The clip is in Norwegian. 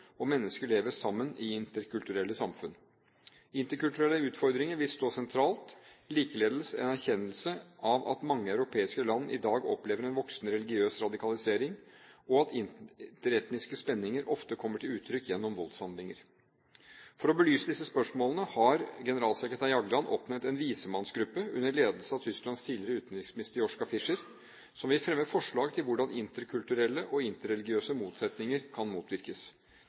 og mennesker lever sammen i interkulturelle samfunn. Interkulturelle utfordringer vil stå sentralt – likeledes en erkjennelse av at mange europeiske land i dag opplever en voksende religiøs radikalisering, og at interetniske spenninger ofte kommer til uttrykk gjennom voldshandlinger. For å belyse disse spørsmålene har generalsekretæren, Jagland, oppnevnt en vismannsgruppe under ledelse av Tysklands tidligere utenriksminister Joschka Fischer, som vil fremme forslag til hvordan interkulturelle og interreligiøse motsetninger kan motvirkes.